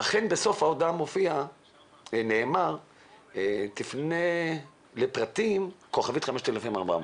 אכן בסוף ההודעה מופיע ונאמר 'תפנה לפרטים ל-*5400',